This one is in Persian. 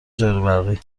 جاروبرقی